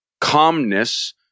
calmness